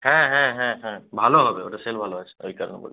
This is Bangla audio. হ্যাঁ হ্যাঁ হ্যাঁ হ্যাঁ ভালো হবে ওটা সেল ভালো আছে ওই কারণে বলছি